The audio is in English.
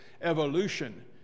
Evolution